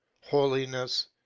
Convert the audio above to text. holiness